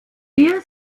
hier